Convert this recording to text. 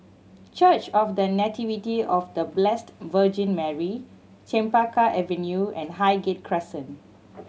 Church of The Nativity of The Blessed Virgin Mary Chempaka Avenue and Highgate Crescent